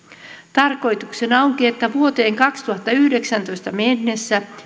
tarkoituksena onkin että vuoteen kaksituhattayhdeksäntoista mennessä